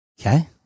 Okay